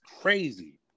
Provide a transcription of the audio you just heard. crazy